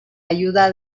ayuda